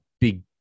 Big